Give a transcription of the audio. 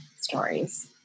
stories